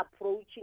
approaching